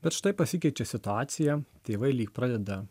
bet štai pasikeičia situacija tėvai lyg pradeda